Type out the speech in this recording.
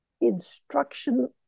instruction